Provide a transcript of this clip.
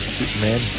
Superman